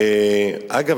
אגב,